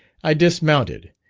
i dismounted,